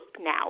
now